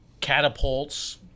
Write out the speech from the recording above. catapults